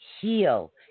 heal